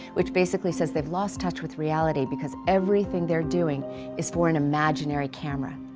which basically says they've lost touch with reality because everything they're doing is for an imaginary camera.